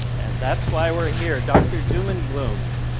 and that's why we're here. dr. doom and gloom.